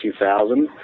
2000